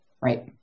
Right